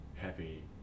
Happy